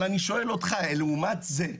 אבל אני שואל אותך, לעומת זה,